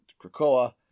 Krakoa